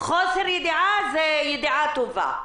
חוסר ידיעה זאת ידיעה טובה.